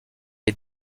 est